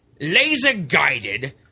laser-guided